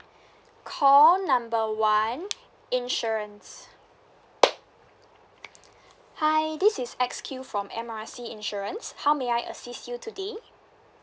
call number one insurance hi this is X_Q from M R C insurance how may I assist you today